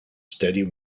steady